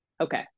Okay